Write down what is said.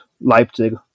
Leipzig